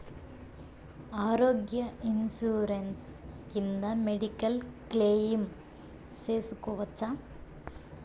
ఆరోగ్య ఇన్సూరెన్సు కింద medical claim సేసుకోవచ్చా?